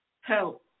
help